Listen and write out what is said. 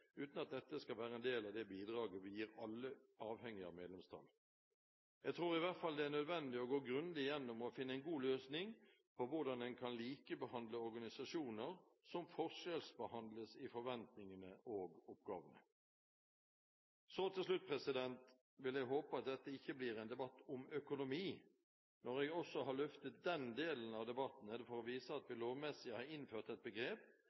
uten at dette skal være en del av det bidraget vi gir alle, avhengig av medlemstall. Jeg tror i hvert fall det er nødvendig å gå grundig gjennom dette og finne en god løsning på hvordan en kan likebehandle organisasjoner som forskjellsbehandles i forventningene og oppgavene. Til slutt: Jeg vil håpe at dette ikke blir en debatt om økonomi. Når jeg også har løftet den delen av debatten, er det for å vise at vi lovmessig har innført et begrep